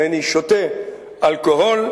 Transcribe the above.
אינני שותה אלכוהול,